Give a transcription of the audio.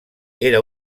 era